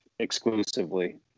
exclusively